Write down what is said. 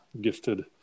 Gifted